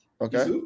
okay